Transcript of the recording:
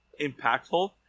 impactful